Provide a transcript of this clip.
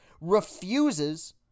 refuses